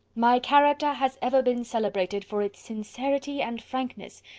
my character has ever been celebrated for its sincerity and frankness,